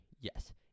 Yes